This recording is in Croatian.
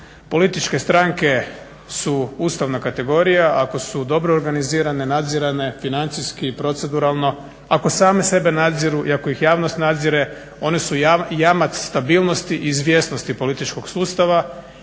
političke stranke su ustavna kategorija, ako su dobro organizirane, nadzirane, financijski i proceduralno, ako same sebe nadziru i ako ih javnost nadzire, one su jamac stabilnosti i izvjesnosti političkog sustava